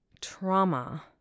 Trauma